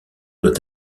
doit